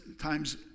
times